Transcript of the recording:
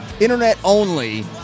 Internet-only